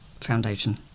foundation